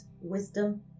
wisdom